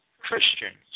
Christians